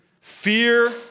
fear